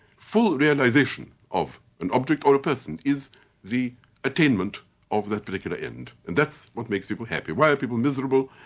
full realisation of an object or a person is the attainment of that particular end, and that's what makes people happy. why are people miserable?